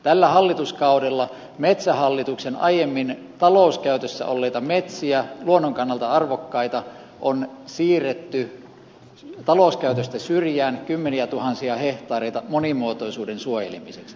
tällä hallituskaudella metsähallituksen aiemmin talouskäytössä olleita metsiä luonnon kannalta arvokkaita on siirretty talouskäytöstä syrjään kymmeniätuhansia hehtaareita monimuotoisuuden suojelemiseksi